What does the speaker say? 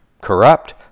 corrupt